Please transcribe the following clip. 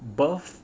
above